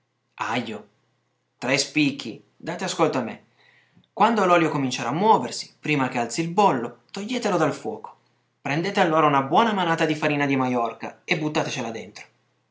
aglio tre spicchi date ascolto a me quando l'olio comincerà a muoversi prima che alzi il bollo toglietelo dal fuoco prendete allora una buona manata di farina di majorca e buttatecela dentro